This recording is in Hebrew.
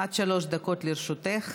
עד שלוש דקות לרשותך.